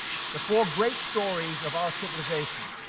before great stories of our civilization,